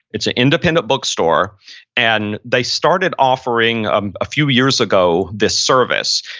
it's an independent bookstore and they started offering um a few years ago this service,